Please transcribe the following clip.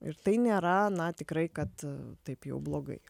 ir tai nėra na tikrai kad taip jau blogai